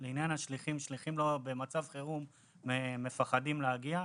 שליחים במצב חירום מפחדים להגיע,